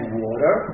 water